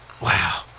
wow